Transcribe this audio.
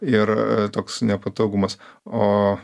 ir toks nepatogumas o